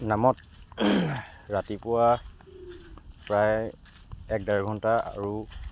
নামত ৰাতিপুৱা প্ৰায় এক ডেৰ ঘণ্টা আৰু